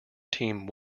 team